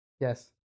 yes